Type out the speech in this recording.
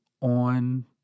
on